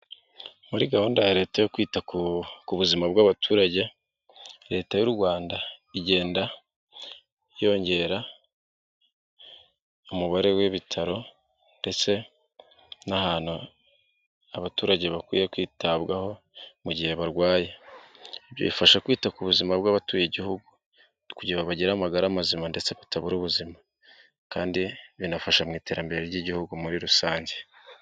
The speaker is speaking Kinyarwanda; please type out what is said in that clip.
Muri gahunda ya Leta yo kwita ku buzima bw'abaturage, Leta y'u Rwanda igenda yongera umubare w'ibitaro, ndetse n'ahantu abaturage bakwiye kwitabwaho, mu gihe barwaye. Bifasha kwita ku buzima bw'abatuye igihugu, kugira ngo bagira amagara mazima, ndetse batabura ubuzima, kandi binafasha mu iterambere ry'igihugu muri rusange.